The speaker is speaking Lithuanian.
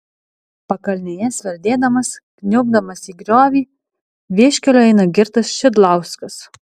pakalnėje sverdėdamas kniubdamas į griovį vieškeliu eina girtas šidlauskas